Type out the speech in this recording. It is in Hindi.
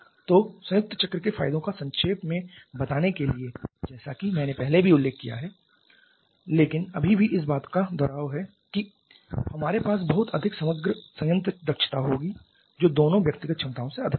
तो संयुक्त चक्र के फायदों को संक्षेप में बताने के लिए जैसा कि मैंने पहले भी उल्लेख किया है लेकिन अभी भी इस बात का दोहराव है कि हमारे पास बहुत अधिक समग्र संयंत्र दक्षता होगी जो दोनों व्यक्तिगत क्षमता से अधिक होगी